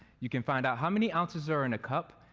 you can find out how many ounces are in a cup.